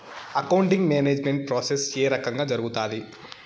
accounting management process ఏ రకంగా జరుగుతాది